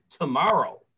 tomorrow